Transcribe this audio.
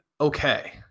okay